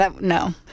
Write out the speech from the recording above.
no